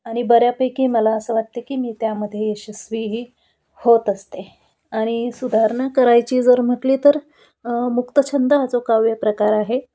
आणि बऱ्यापैकी मला असं वाटते की मी त्यामध्ये यशस्वीही होत असते आणि सुधारणा करायची जर म्हटली तर मुक्तछंद हा जो काव्यप्रकार आहे